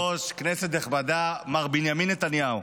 אדוני היושב-ראש, כנסת נכבדה, מר בנימין נתניהו,